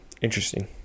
interesting